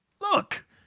Look